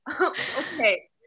okay